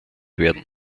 werden